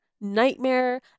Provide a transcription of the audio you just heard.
nightmare